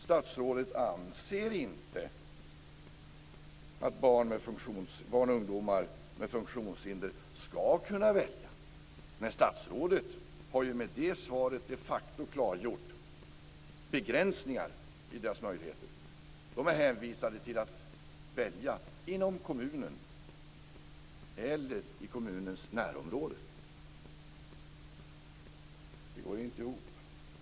Statsrådet anser inte att barn och ungdomar med funktionshinder ska kunna välja. Nej, statsrådet har ju med det svaret de facto klargjort begränsningar i deras möjligheter. De är hänvisade till att välja inom kommunen eller i kommunens närområde. Det går inte ihop.